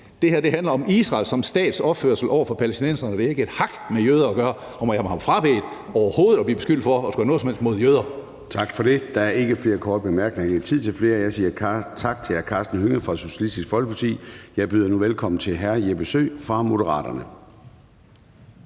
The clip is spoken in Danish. Det her handler om Israel som stats opførsel over for palæstinenserne. Det har ikke et hak med jøder at gøre. Må jeg have mig frabedt overhovedet at blive beskyldt for at skulle have noget som helst imod jøder! Kl. 14:07 Formanden (Søren Gade): Der er ikke flere korte bemærkninger. Vi har ikke tid til flere. Jeg siger tak til hr. Karsten Hønge fra Socialistisk Folkeparti. Jeg byder nu velkommen til hr. Jeppe Søe fra Moderaterne.